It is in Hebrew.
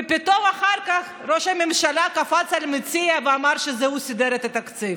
ופתאום אחר כך ראש הממשלה קפץ על המציאה ואמר שהוא סידר את התקציב.